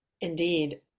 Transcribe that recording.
Indeed